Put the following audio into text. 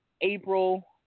April –